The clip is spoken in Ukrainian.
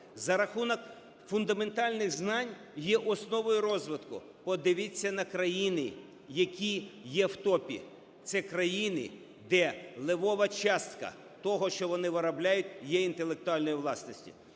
за рахунок фундаментальних знань, є основою розвитку. Подивіться на країни, які є в топі. Це країни, де левова частка того, що вони виробляють, є інтелектуальною власністю.